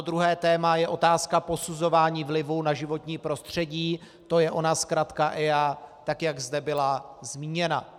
Druhé téma je otázka posuzování vlivu na životní prostředí, to je ona zkratka EIA, jak zde byla zmíněna.